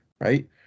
right